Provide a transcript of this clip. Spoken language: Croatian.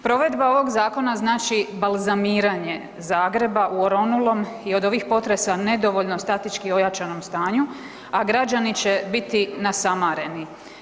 Provedba ovog zakona znači balzamiranje Zagreba u oronulom i od ovih potresa nedovoljno statički ojačanom stanju, a građani će biti nasamareni.